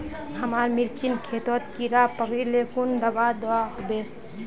हमार मिर्चन खेतोत कीड़ा पकरिले कुन दाबा दुआहोबे?